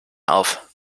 auf